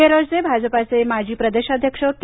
केरळचे भाजपाचे माजी प्रदेशाध्यक्ष के